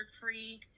free